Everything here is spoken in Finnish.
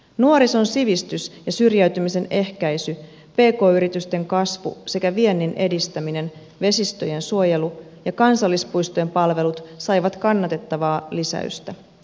nuorison sivistys ja syrjäytymisen ehkäisy pk yritysten kasvu sekä viennin edistäminen vesistöjen suojelu ja kansallispuistojen palvelut saivat kannatettavaa lisäystä